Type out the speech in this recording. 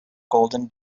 golden